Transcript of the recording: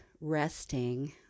resting